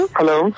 Hello